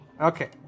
Okay